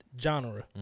genre